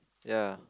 ya